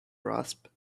rasp